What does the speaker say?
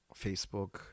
Facebook